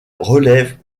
relève